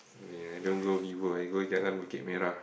ya I don't go Vivo I go Jalan Bukit Merah